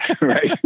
right